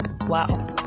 wow